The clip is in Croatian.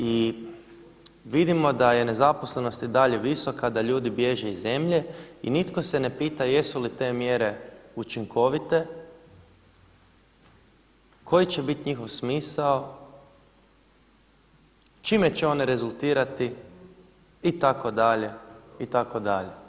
I vidimo da je nezaposlenost i dalje visoka, da ljudi bježe iz zemlje i nitko se ne pita jesu li te mjere učinkovite, koji će bit njihov smisao, čime će one rezultirati itd. itd.